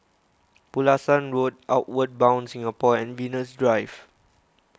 Pulasan Road Outward Bound Singapore and Venus Drive